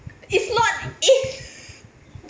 it's not eight